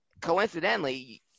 coincidentally